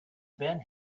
been